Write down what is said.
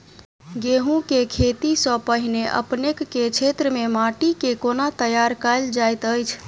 गेंहूँ केँ खेती सँ पहिने अपनेक केँ क्षेत्र मे माटि केँ कोना तैयार काल जाइत अछि?